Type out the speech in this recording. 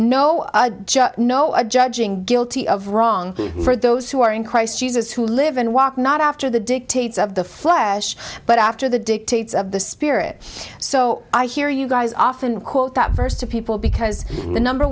judge no of judging guilty of wrong for those who are in christ jesus who live and walk not after the dictates of the flesh but after the dictates of the spirit so i hear you guys often quote that verse to people because the number